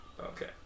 Okay